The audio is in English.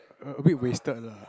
err a bit wasted lah